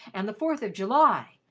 and the fourth of july.